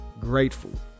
grateful